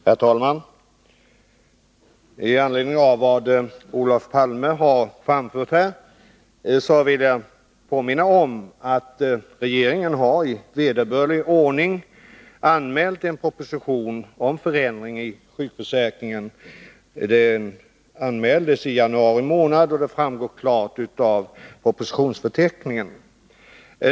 Herr talman! I anledning av vad Olof Palme har framfört här vill jag påminna om att regeringen i vederbörlig ordning anmält en proposition om förändring i sjukförsäkringen. Den anmäldes i januari, och det framgår klart Nr 94 av propositionsförteckningen.